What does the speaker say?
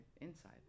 inside